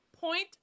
point